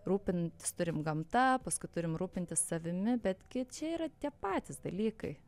rūpintis turim gamta paskui turim rūpintis savimi bet gi čia yra tie patys dalykai